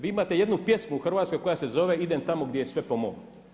Vi imate jednu pjesmu u Hrvatskoj koja se zove Idem tamo gdje je sve po mom.